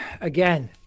Again